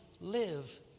live